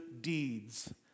deeds